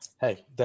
Hey